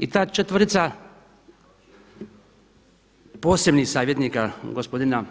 I ta četvorica posebnih savjetnika gospodina